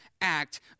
act